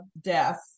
death